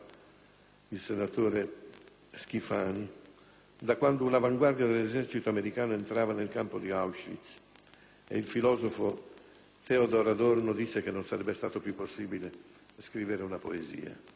presidente Schifani, da quando un'avanguardia dell'esercito americano entrava nel campo di Auschwitz e il filosofo Theodor Adorno disse che non sarebbe stato più possibile scrivere una poesia.